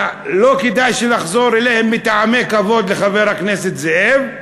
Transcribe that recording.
שלא כדאי שנחזור עליהן מטעמי כבוד לחבר הכנסת זאב,